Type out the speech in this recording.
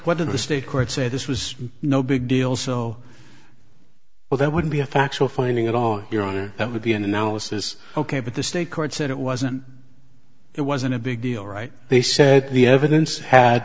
the state courts say this was no big deal so well there would be a factual finding at all your honor that would be an analysis ok but the state court said it wasn't it wasn't a big deal right they said the evidence had